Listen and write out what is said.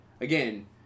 again